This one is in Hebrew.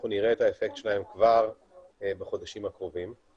שמשרד הבריאות צריך להוביל אותו ומדענים צריכים להיות מעורבים